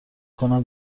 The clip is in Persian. کنم